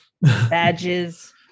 badges